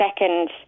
second